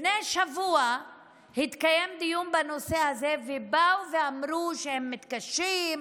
לפני שבוע התקיים דיון בנושא הזה ובאו ואמרו שהם מתקשים,